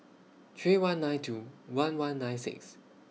three one nine two one one nine six